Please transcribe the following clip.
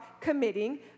committing